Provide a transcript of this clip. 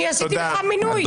אני עשיתי לך מינוי.